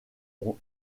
ont